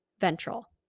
ventral